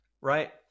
right